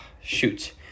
Shoot